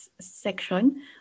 section